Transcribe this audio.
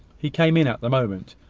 he came in at the moment,